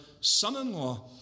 son-in-law